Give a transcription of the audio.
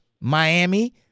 Miami